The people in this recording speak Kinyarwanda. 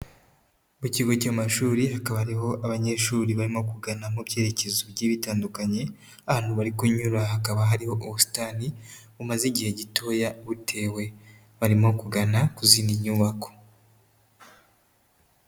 Mu kigo cy'amashuri hakaba ari ho abanyeshuri barimo kugana mu byerekezo bigiye bitandukanye, ahantu bari kunyura hakaba hariho ubusitani bumaze igihe gitoya butewe, barimo kugana ku zindi nyubako.